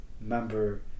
member